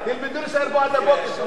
תלמדו להישאר פה עד הבוקר.